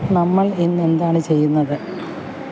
നമ്മൾ ഇന്ന് എന്താണ് ചെയ്യുന്നത്